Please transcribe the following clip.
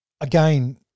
again